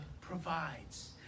provides